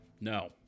No